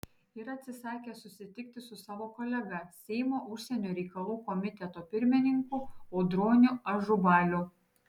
ir atsisakė susitikti su savo kolega seimo užsienio reikalų komiteto pirmininku audroniu ažubaliu